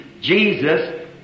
Jesus